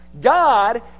God